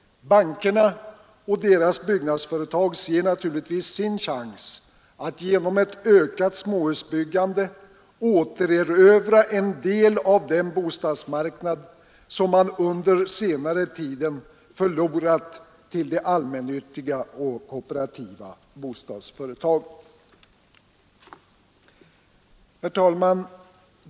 Bankerna och deras byggnadsföretag ser naturligtvis sin chans att genom ett ökat småhusbyggande återerövra en del av den bostadsmarknad som man under senare år förlorat till de allmännyttiga och kooperativa bostadsföretagen. Herr talman!